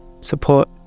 Support